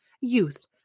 Youth